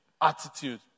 attitude